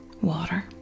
water